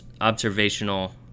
observational